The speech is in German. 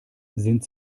sind